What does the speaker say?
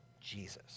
Jesus